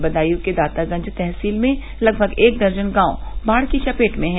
बदायूं के दातागंज तहसील में लगभग एक दर्जन गांव बाढ़ की चपेट में है